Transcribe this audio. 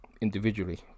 individually